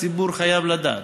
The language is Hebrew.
הציבור חייב לדעת.